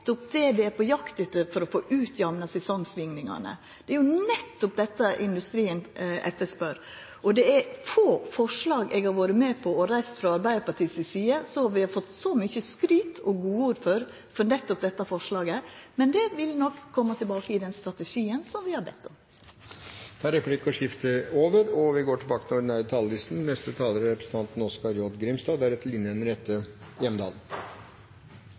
på jakt etter for å få utjamna sesongsvingingane. Det er nettopp dette industrien etterspør. Det er få forslag eg har vore med på å reisa frå Arbeidarpartiet si side, som vi har fått så mykje skryt og godord for, som nettopp dette forslaget. Men det vil nok koma tilbake i den strategien som vi har bedt om. Replikkordskiftet er omme. Med nedgangstider i oljenæringa og auka arbeidsløyse langs vår langstrakte kyst er det viktigare enn nokon gong at vi legg til